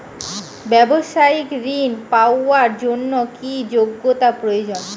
ব্যবসায়িক ঋণ পাওয়ার জন্যে কি যোগ্যতা প্রয়োজন?